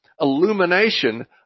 illumination